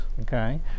okay